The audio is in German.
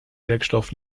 werkstoff